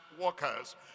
workers